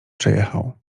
przejechał